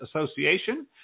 Association